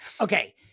Okay